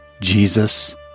Jesus